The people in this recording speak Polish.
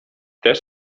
też